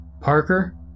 Parker